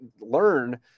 learn